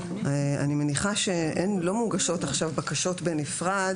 אני מניחה שלא מוגשות עכשיו בקשות בנפרד,